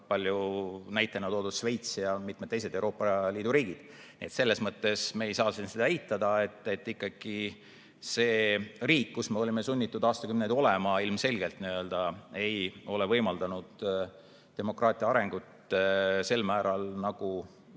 palju näitena toodud Šveitsil ja mitmel Euroopa Liidu riigil. Selles mõttes ei saa me seda eitada, et ikkagi see riik, kus me olime sunnitud aastakümneid olema, ilmselgelt ei võimaldanud demokraatia arengut sel määral nagu